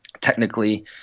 technically